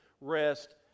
rest